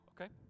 okay